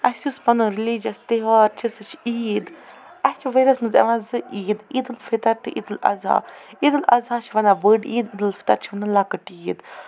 اَسہِ یُس پَنُن رٮ۪لِجس تٮ۪وہار چھُ سُہ چھُ عیٖد اَسہِ چھُ ؤریَس منٛز یِوان زٕ عیٖد عیٖدُل فِتٔر تہٕ عیٖدُل اَدہا عیٖدُل اَزیا چھِ واریاہ بٔڑ عیٖد تہٕ لَکٔٹۍ عیٖد